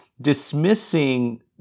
dismissing